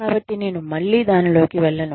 కాబట్టి నేను మళ్ళీ దానిలోకి వెళ్ళను